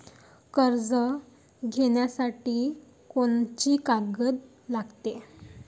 कर्ज घ्यासाठी कोनची कागद लागते?